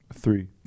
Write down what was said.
three